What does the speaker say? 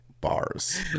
Bars